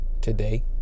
Today